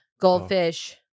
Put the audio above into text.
goldfish